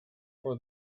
for